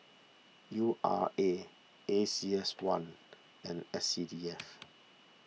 U R A A C S one and S C D F